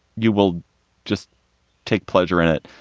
you will just take pleasure in it.